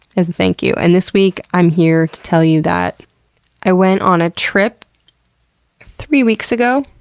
as a thank you. and this week i'm here to tell you that i went on ah trip three weeks ago.